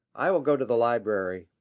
i will go to the library.